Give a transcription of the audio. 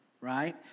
right